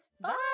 Bye